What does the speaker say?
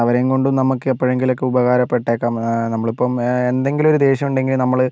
അവരേം കൊണ്ടും നമ്മൾക്കെപ്പോഴെങ്കിലും ഒക്കെ ഉപകാരപ്പെട്ടേക്കാം നമ്മളിപ്പോൾ എന്തെങ്കിലും ഒരു ദേഷ്യം ഉണ്ടെങ്കിൽ നമ്മൾ